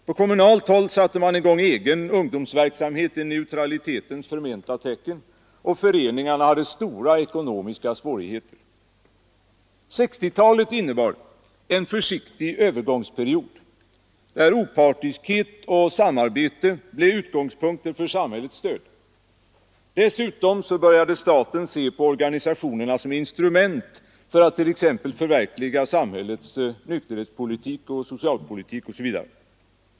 På kommunalt håll satte man i gång egen ungdomsverksamhet i neutralitetens förmenta tecken, och föreningarna hade stora ekonomiska svårigheter. 1960-talet innebar en försiktig övergångsperiod, där opartiskhet och samarbete blev utgångspunkter för samhällets stöd. Dessutom började staten se på organisationerna som instrument för att t.ex. förverkliga samhällets nykterhetspolitik, socialpolitik osv.